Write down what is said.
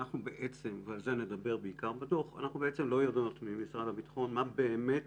ועל זה נדבר בעיקר בדוח שהן לא יודעות ממשרד הביטחון מה באמת